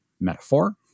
metaphor